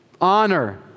honor